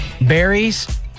berries